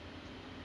mm